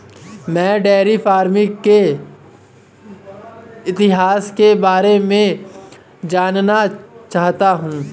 मैं dairy farming के इतिहास के बारे में जानना चाहता हूं